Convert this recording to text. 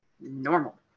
Normal